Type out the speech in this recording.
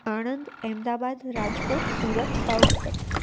Anand Ahmedabad Rajkot Surat Bhavnagar